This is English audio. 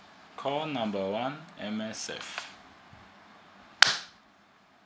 calll number one M_S_F